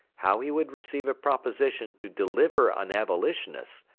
how he would receive a proposition to deliver an abolitionist,